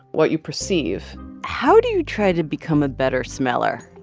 what you perceive how do you try to become a better smeller?